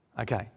Okay